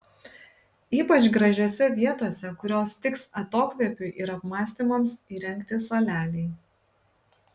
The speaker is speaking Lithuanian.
ypač gražiose vietose kurios tiks atokvėpiui ir apmąstymams įrengti suoleliai